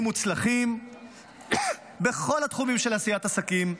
מוצלחים בכל התחומים של עשיית עסקים,